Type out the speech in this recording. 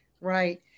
Right